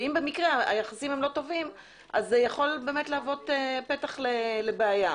ואם היחסים לא טובים זה יכול להוות פתח לבעיה,